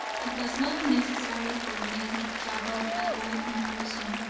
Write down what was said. it was not necessary for men to travel at all in person,